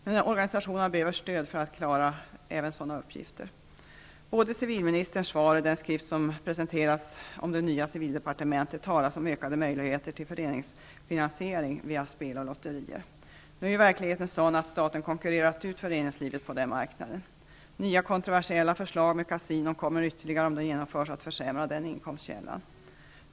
Men organisationerna behöver stöd för att klara sådana uppgifter. Både i civilministerns svar och i den skrift som presenteras om det nya civildepartementet talas om ökade möjligheter till föreningsfinansiering via spel och lotterier. Nu är verkligheten sådan att staten har konkurrerat ut föreningslivet på den marknaden. Om det nya kontroversiella förslaget om kasinon genomförs kommer det att ytterligare försämra den inkomstkällan.